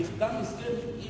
נחתם הסכם עם